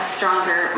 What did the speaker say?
Stronger